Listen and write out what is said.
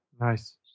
Nice